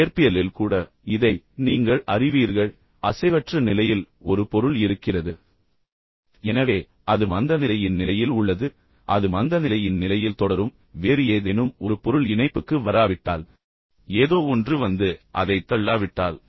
இயற்பியலில் கூட இதை நீங்கள் அறிவீர்கள் அசைவற்ற நிலையில் ஒரு பொருள் இருக்கிறது எனவே அது மந்தநிலையின் நிலையில் உள்ளது அது மந்தநிலையின் நிலையில் தொடரும் வேறு ஏதேனும் ஒரு பொருள் இணைப்புக்கு வராவிட்டால் ஏதோ ஒன்று வந்து அதைத் தள்ளாவிட்டால்